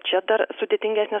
čia dar sudėtingesnės